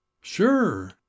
sure